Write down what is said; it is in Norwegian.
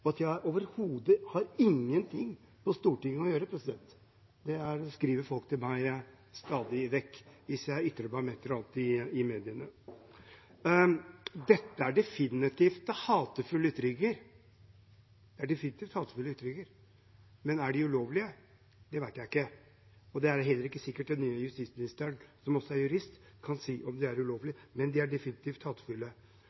og «tufs», og jeg blir fortalt at jeg har overhodet ingenting på Stortinget å gjøre. Det skriver folk til meg stadig vekk hvis jeg ytrer meg om et eller annet i media. Dette er definitivt hatefulle ytringer, men er de ulovlige? Det vet jeg ikke, og det er heller ikke sikkert at den nye justisministeren, som også er jurist, kan si om de er ulovlige.